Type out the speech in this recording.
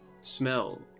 smell